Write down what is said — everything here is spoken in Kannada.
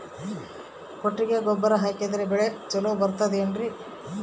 ಕೊಟ್ಟಿಗೆ ಗೊಬ್ಬರ ಹಾಕಿದರೆ ಬೆಳೆ ಚೊಲೊ ಬರುತ್ತದೆ ಏನ್ರಿ?